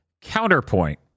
counterpoint